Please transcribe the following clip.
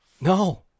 No